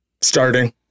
starting